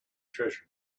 treasure